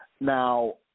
Now